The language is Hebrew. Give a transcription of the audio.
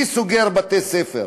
מי סוגר בתי-ספר?